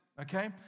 Okay